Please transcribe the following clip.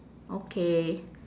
okay